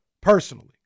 personally